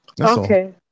Okay